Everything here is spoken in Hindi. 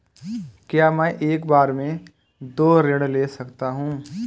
क्या मैं एक बार में दो ऋण ले सकता हूँ?